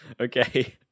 Okay